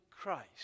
Christ